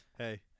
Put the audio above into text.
Hey